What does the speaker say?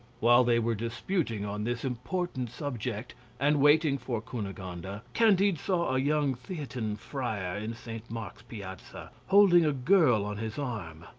while they were disputing on this important subject and waiting for cunegonde, and candide saw a young theatin friar in st. mark's piazza, holding a girl on his arm.